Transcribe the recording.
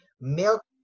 Milk